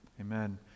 Amen